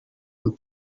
and